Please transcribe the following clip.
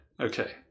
Okay